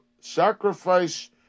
sacrifice